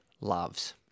loves